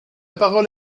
parole